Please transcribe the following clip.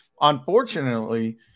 Unfortunately